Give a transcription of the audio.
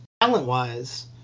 talent-wise